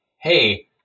Hey